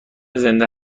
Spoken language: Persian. زنده